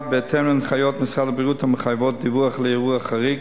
1. בהתאם להנחיות משרד הבריאות המחייבות דיווח על אירוע חריג,